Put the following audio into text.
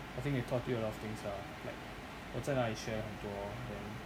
I think they taught you a lot of things lah like 我在那里学了很多 then